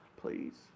please